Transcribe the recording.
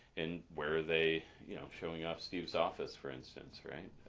and where they you know showing up steve's office for instance. right?